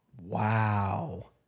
Wow